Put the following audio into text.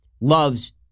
loves